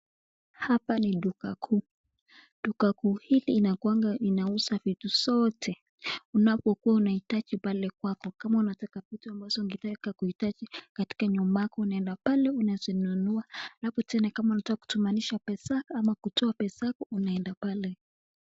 Hapa ni duka kuu. Duka kuu hili inakuanga inauza vitu zote, unapokua unahitaji pale kwako, kama unataka vitu ambazo ungetaka kuhitaji katika nyumba yako unaenda pale unazinunua alafu tena kama unataka kutumanisha pesa ama kutoa pesa yako unaenda pale.